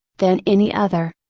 than any other.